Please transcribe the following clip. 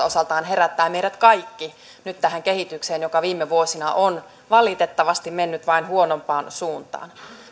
osaltaan herättää meidät kaikki nyt tähän kehitykseen joka viime vuosina on valitettavasti mennyt vain huonompaan suuntaan